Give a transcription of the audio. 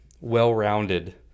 well-rounded